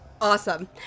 Awesome